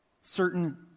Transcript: certain